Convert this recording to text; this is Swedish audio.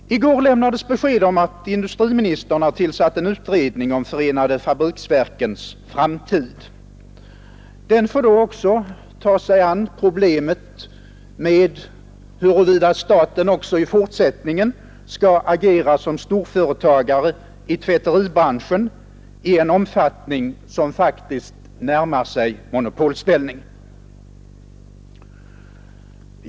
I går lämnades besked om att industriministern har tillsatt en utredning om förenade fabriksverkens framtid. Den får då också ta sig an problemet med huruvida staten också i fortsättningen skall agera som storföretagare i tvätteribranschen i en omfattning som faktiskt närmar sig monopolställning.